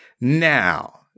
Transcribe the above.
Now